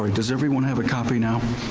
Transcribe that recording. ah does everyone have a copy now?